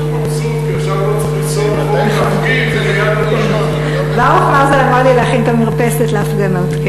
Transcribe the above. כי עכשיו לא צריך ברוך מרזל אמר לי להכין את המרפסת להפגנות.